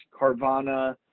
Carvana